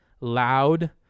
loud